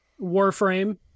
Warframe